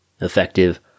effective